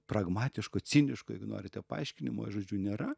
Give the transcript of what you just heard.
pragmatiško ciniško jeigu norite paaiškinimo žodžiu nėra